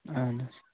اَہَن حظ